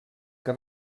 que